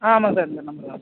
ஆ ஆமாம் சார் இந்த நம்பரு தான்